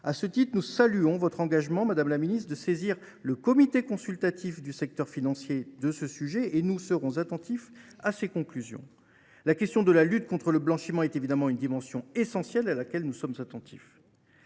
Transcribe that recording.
À ce titre, nous saluons votre engagement à saisir le Comité consultatif du secteur financier de ce sujet, et nous serons attentifs à ses conclusions. La lutte contre le blanchiment est évidemment une dimension essentielle, à laquelle nous sommes attentifs.